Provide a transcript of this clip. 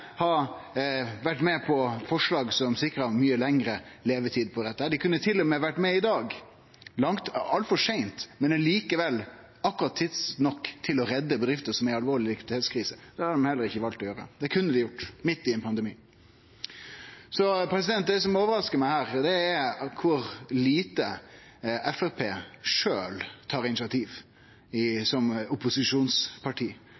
vore med på forslag som sikra mykje lengre levetid for dette. Dei kunne til og med ha vore med i dag – altfor seint, men likevel akkurat tidsnok til å redde bedrifter som er i alvorleg likviditetskrise. Det har dei heller ikkje valt å gjere, men det kunne dei ha gjort, midt i ein pandemi. Det som overraskar meg her, er kor lite Framstegspartiet sjølv tar initiativ